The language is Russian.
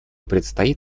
предстоит